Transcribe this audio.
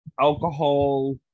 alcohol